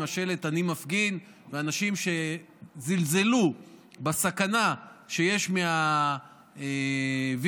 השלט "אני מפגין" ואנשים שזלזלו בסכנה שיש מהווירוס